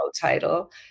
title